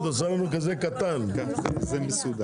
הם לא יכולים, אין להם כוח אדם שיעשה את העבודה.